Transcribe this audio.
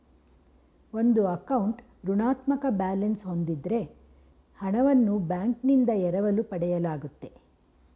ಒಂದು ಅಕೌಂಟ್ ಋಣಾತ್ಮಕ ಬ್ಯಾಲೆನ್ಸ್ ಹೂಂದಿದ್ದ್ರೆ ಹಣವನ್ನು ಬ್ಯಾಂಕ್ನಿಂದ ಎರವಲು ಪಡೆಯಲಾಗುತ್ತೆ